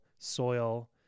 soil